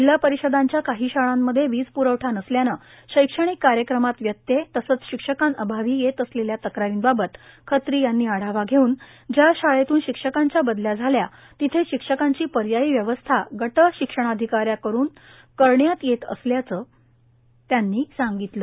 जिल्हा परिषदांच्या काही शाळांमध्ये वीज प्रवठा नसल्याने शैक्षणिक कार्यक्रमात व्यत्येय तसंच शिक्षका अभावी येत असलेल्या तक्रारी बाबत खत्री यांनी आढावा घेऊन ज्या शाळेतून शिक्षकांच्या बदल्या झाल्या तिथे शिक्षकांची पर्यायी व्यवस्था गट शिक्षणाधिकाऱ्याकडून करण्यात येत असल्याचं त्यांनी सांगितलं